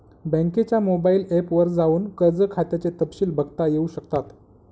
बँकेच्या mobile app वर जाऊन कर्ज खात्याचे तपशिल बघता येऊ शकतात